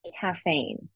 caffeine